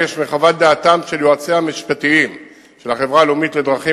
מחוות דעת של יועציה המשפטיים של החברה הלאומית לדרכים